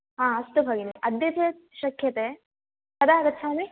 हा अस्तु भगिनी अद्य चेत् शक्यते कदा आगच्छामि